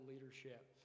leadership